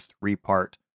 three-part